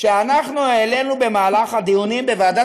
שאנחנו העלינו במהלך הדיונים בוועדת